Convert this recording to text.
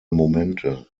momente